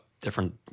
different